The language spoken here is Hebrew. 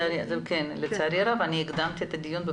בחוק העבירות המינהליות והוסבר לנו שהעבירה הופכת להיות